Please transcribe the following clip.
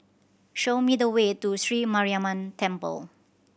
show me the way to Sri Mariamman Temple